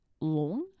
long